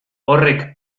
horrek